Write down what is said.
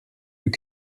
you